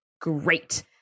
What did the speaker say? great